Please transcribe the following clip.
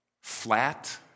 Flat